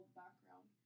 background